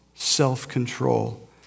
self-control